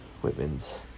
Whitman's